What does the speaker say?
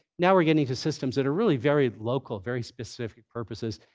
now we're getting to systems that are really very local, very specific purposes.